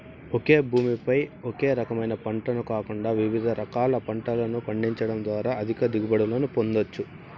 ఒకే భూమి పై ఒకే రకమైన పంటను కాకుండా వివిధ రకాల పంటలను పండించడం ద్వారా అధిక దిగుబడులను పొందవచ్చు